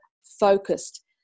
focused